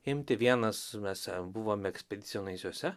imti vienas mes buvome ekspedicijoj naisiuose